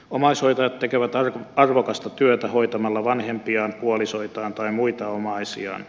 omaishoitajat tekevät arvokasta työtä hoitamalla vanhempiaan puolisoitaan tai muita omaisiaan